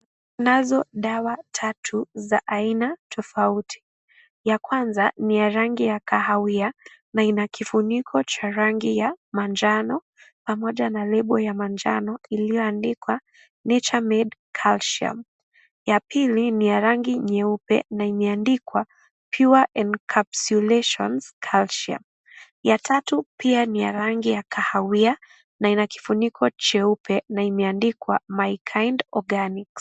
Kunazo dawa tatu za aina tofauti. Ya kwanza ni ya rangi ya kahawia na ina kifuniko cha rangi ya manjano pamoja na label ya manjano iliyoandikwa Nature made calcium . Ya pili ni ya rangi nyeupe na imeandikwa Pure encapsulations calcium . Ya tatu pia ni ya rangi ya kahawia na ina kifuniko cheupe na imeandikwa Mykinds Organics .